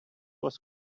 was